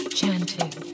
chanting